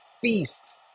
feast